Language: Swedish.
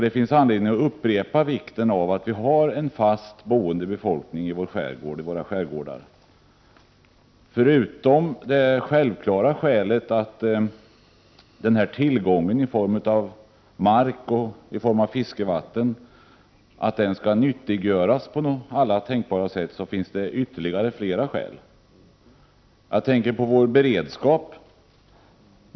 Det finns anledning upprepa vikten av att vi har en fast boende befolkning i våra skärgårdar. Förutom det självklara skälet att tillgången i form av mark och fiskevatten skall nyttiggöras, finns det flera skäl. Jag tänker på vår beredskap.